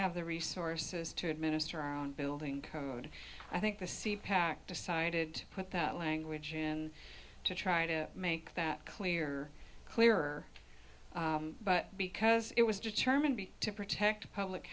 have the resources to administer our own building code i think the c pac decided to put that language in to try to make that clear clearer but because it was determined to protect public